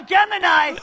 Gemini